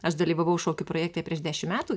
aš dalyvavau šokių projekte prieš dešim metų